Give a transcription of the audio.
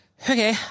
Okay